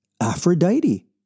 Aphrodite